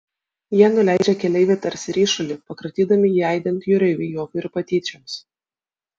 jie nuleidžia keleivį tarsi ryšulį pakratydami jį aidint jūreivių juokui ir patyčioms